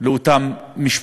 לאותן משפחות.